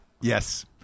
Yes